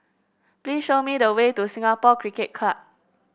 please show me the way to Singapore Cricket Club